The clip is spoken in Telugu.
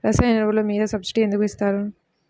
రసాయన ఎరువులు మీద సబ్సిడీ ఎందుకు ఇస్తారు?